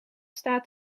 staat